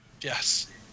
Yes